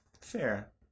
Fair